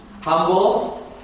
humble